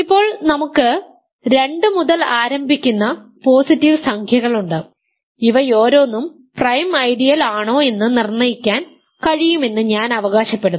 ഇപ്പോൾ നമുക്ക് 2 മുതൽ ആരംഭിക്കുന്ന പോസിറ്റീവ് സംഖ്യകളുണ്ട് ഇവയോരോന്നും പ്രൈം ഐഡിയൽ ആണോ എന്ന് നിർണ്ണയിക്കാൻ കഴിയുമെന്ന് ഞാൻ അവകാശപ്പെടുന്നു